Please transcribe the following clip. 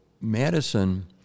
Madison